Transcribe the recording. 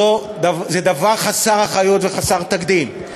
זה דבר חסר אחריות וחסר תקדים.